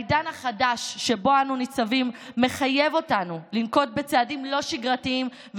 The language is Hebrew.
העידן החדש שבו אנו ניצבים מחייב אותנו לנקוט צעדים לא שגרתיים,